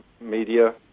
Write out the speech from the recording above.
media